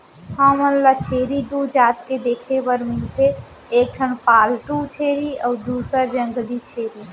हमन ल छेरी दू जात के देखे बर मिलथे एक ठन पालतू छेरी अउ दूसर जंगली छेरी